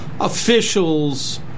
official's